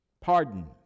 Pardon